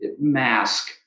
mask